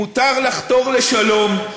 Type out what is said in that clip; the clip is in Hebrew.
מותר לחתור לשלום,